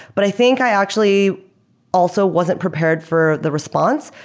but i think i actually also wasn't prepared for the response,